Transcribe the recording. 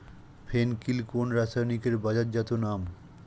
ফেন কিল কোন রাসায়নিকের বাজারজাত নাম?